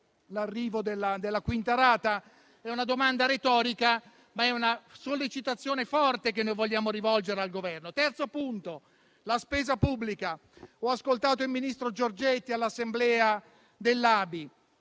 l'arrivo della quinta rata? È una domanda retorica, ma è una sollecitazione forte che noi vogliamo rivolgere al Governo. Il terzo punto concerne la spesa pubblica. Ho ascoltato il ministro Giorgetti all'assemblea dell'ABI.